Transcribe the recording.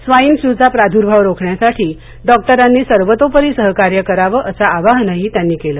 swine फ्ल्यूचा प्रादूर्भाव रोखण्यासाठी डॉक्टरांनी सर्वतोपरी सहकार्य करावं असं आवाहनही त्यांनी केलं